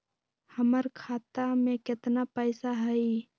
हमर खाता मे केतना पैसा हई?